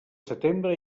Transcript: setembre